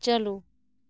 ᱪᱟᱹᱞᱩ